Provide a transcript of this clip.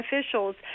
officials